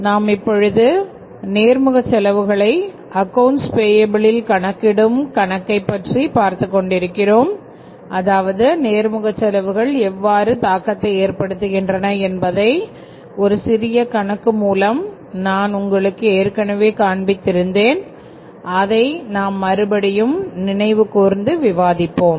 நாம் இப்பொழுது நேர்முக செலவுகளை அக்கவுன்ட்ஸ் பேயபிலில் கணக்கிடும் கணக்கை பற்றி பார்த்துக் கொண்டிருக்கிறோம் அதாவது நேர்முக செலவுகள் எவ்வாறு தாக்கத்தை ஏற்படுத்துகின்றன என்பதை ஒரு சிறிய கணக்கு மூலம் நான் உங்களுக்கு ஏற்கனவே காண்பித்து இருந்தேன் அதை நாம் மறுபடியும் நினைவு கூர்ந்து விவாதிப்போம்